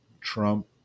trump